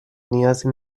نیازی